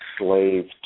slaves